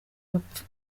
bapfa